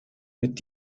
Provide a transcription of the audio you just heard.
mit